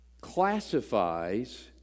classifies